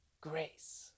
grace